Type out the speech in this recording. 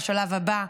בשלב הבא,